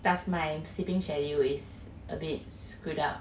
plus my sleeping schedule is a bit screwed up